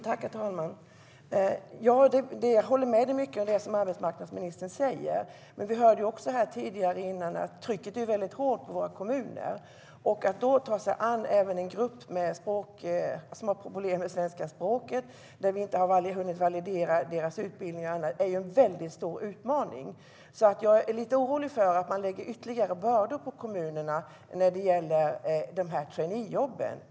Herr talman! Jag håller med om mycket av det som arbetsmarknadsministern säger. Men vi hörde här tidigare att trycket är väldigt hårt på våra kommuner. Att då även ta sig an en grupp som har problem med svenska språket och vars utbildning vi inte hunnit validera är en väldigt stor utmaning. Jag är lite orolig för att man lägger ytterligare bördor på kommunerna genom de här traineejobben.